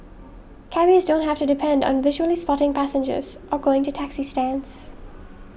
cabbies don't have to depend on visually spotting passengers or going to taxi stands